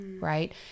Right